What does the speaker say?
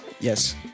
Yes